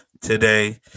today